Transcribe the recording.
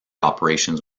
operations